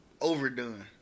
overdone